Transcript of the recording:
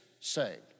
saved